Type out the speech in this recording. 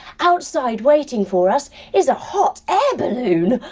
outside waiting for us is a hot air balloon.